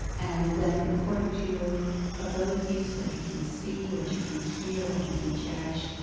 and then according to your abilities, what you can see, what you can hear, what you can cherish,